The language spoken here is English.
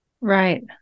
Right